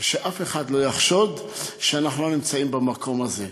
ושאף אחד לא יחשוד שאנחנו נמצאים במקום הזה.